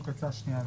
בדיוק יצא שנייה.